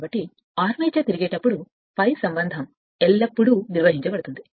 కాబట్టి ఆర్మేచర్ తిరిగేటప్పుడు పై సంబంధం ఎల్లప్పుడూ నిర్వహించబడుతుంది